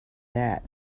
that